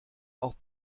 auch